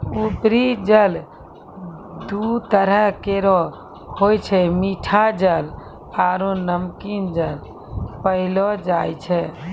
उपरी जल दू तरह केरो होय छै मीठा जल आरु नमकीन जल पैलो जाय छै